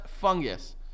fungus